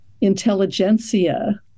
intelligentsia